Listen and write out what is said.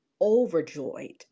overjoyed